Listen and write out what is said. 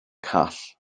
call